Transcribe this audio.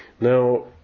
now